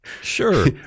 Sure